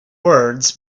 words